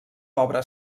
obra